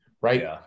right